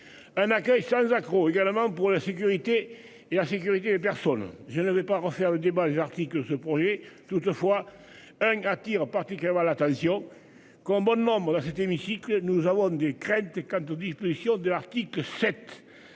Un accueil sans accroc également pour la sécurité et la sécurité des personnes. Je ne vais pas refaire le débat articles que ce projet toutefois. Un attire particulièrement l'attention. Qu'on demande dans cet hémicycle, nous avons des craintes quant aux discussions de l'Arctique